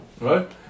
right